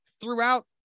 throughout